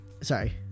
sorry